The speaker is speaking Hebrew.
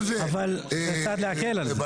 אבל, קצת להקל על זה.